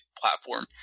platform